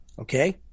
Okay